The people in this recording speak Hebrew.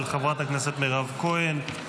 של חברת הכנסת מירב כהן.